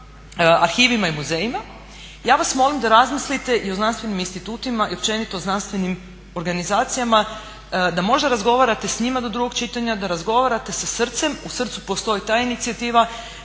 arhivima i muzejima. Ja vas molim da razmislite i o znanstvenim institutima i općenito znanstvenim organizacijama da možda razgovarate s njima do drugog čitanja, da razgovarate sa SRCE-m, u SRCE-u postoje ta inicijativa,